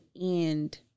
end